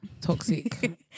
toxic